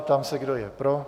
Ptám se, kdo je pro.